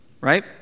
right